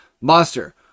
monster